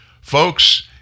folks